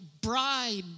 bribe